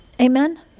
Amen